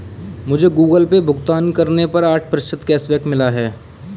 मुझे Google Pay भुगतान करने पर आठ प्रतिशत कैशबैक मिला है